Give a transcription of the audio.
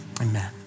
Amen